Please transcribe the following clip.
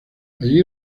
allí